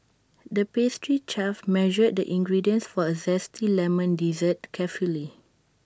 the pastry chef measured the ingredients for A Zesty Lemon Dessert carefully